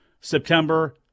September